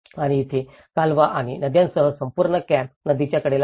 आणि इथेही कालवा आणि नद्यांसह संपूर्ण कॅम्प नदीच्या कडेला आहे